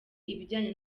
ibijyanye